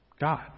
God